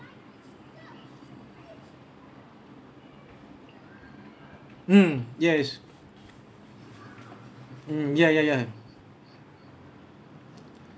mm yes mmhmm ya ya ya